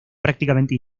prácticamente